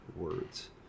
words